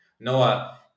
Noah